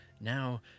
Now